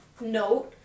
note